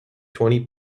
twenty